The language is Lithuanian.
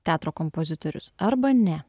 teatro kompozitorius arba ne